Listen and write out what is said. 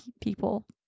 people